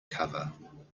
cover